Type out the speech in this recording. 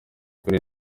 kuri